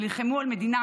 נלחמו על מדינה,